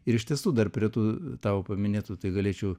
ir iš tiesų dar prie tų tavo paminėtų tai galėčiau